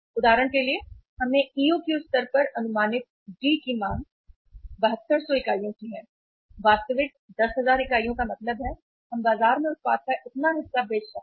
उदाहरण के लिए हमने ईओक्यू स्तर पर अनुमानित डी की मांग 7200 इकाइयों की है वास्तविक 10000 इकाइयों का मतलब है कि हम बाजार में उत्पाद का इतना हिस्सा बेच सकते हैं